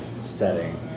setting